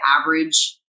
average